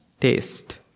taste